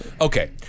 Okay